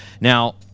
now